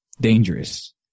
dangerous